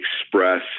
express